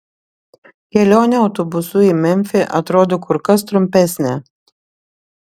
kelionė autobusu į memfį atrodo kur kas trumpesnė